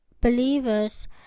believers